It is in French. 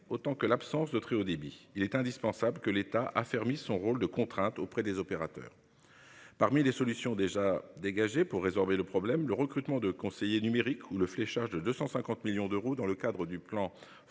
autant que l'absence de très haut débit, il est indispensable que l'État a fermé son rôle de contraintes auprès des opérateurs. Parmi les solutions déjà dégagé pour résorber le problème le recrutement de conseiller numérique ou le fléchage de 250 millions d'euros dans le cadre du plan